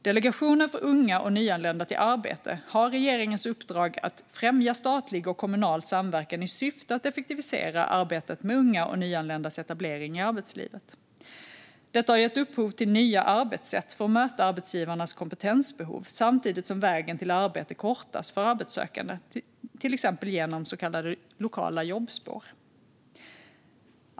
Delegationen för unga och nyanlända till arbete har regeringens uppdrag att främja statlig och kommunal samverkan i syfte att effektivisera arbetet med ungas och nyanländas etablering i arbetslivet. Detta har gett upphov till nya arbetssätt för att möta arbetsgivarnas kompetensbehov samtidigt som vägen till arbete kortas för arbetssökande, till exempel genom så kallade lokala jobbspår.